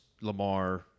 Lamar